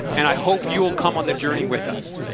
and i hope you will come on the journey with us.